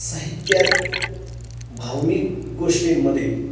साहित्यात भावनिक गोष्टींमध्ये